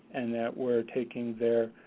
and that we are taking their,